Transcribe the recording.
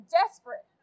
desperate